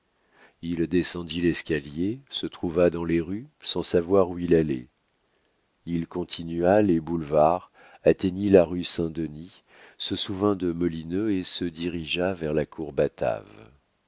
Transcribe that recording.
il descendit l'escalier se trouva dans les rues sans savoir où il allait il continua les boulevards atteignit la rue saint-denis se souvint de molineux et se dirigea vers la cour